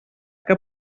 que